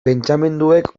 pentsamenduek